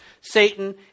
Satan